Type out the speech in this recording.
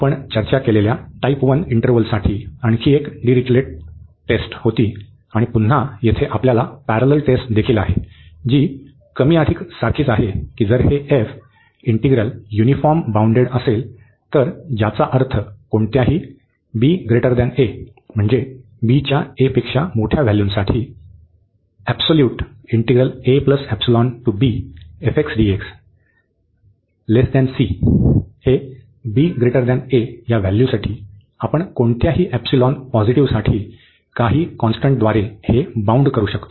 आपण चर्चा केलेल्या टाईप 1 इंटरवलसाठी आणखी एक डिरिचलेट टेस्ट Dirichlet's test होती आणि पुन्हा येथे आपल्याकडे पॅरलल टेस्ट देखील आहे जी कमी अधिक सारखीच आहे की जर हे f इंटिग्रल युनिफॉर्म बाउंडेड असेल तर ज्याचा अर्थ कोणत्याही साठी आपण कोणत्याही एप्सिलॉन पॉझिटिव्हसाठी काही कॉन्स्टंटद्वारे हे बाउंड करू शकतो